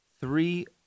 three